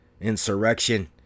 insurrection